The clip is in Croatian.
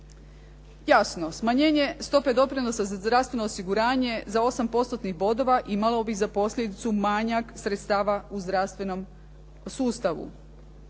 Jasno, smanjenje stope doprinosa za zdravstveno osiguranje za 8 postotnih bodova imalo bi za posljedicu manjak sredstava u zdravstvenom sustavu.